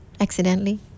accidentally